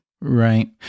Right